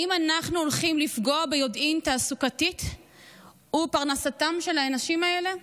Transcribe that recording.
האם אנחנו הולכים לפגוע ביודעין תעסוקתית ובפרנסתם של האנשים האלה?